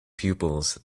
pupils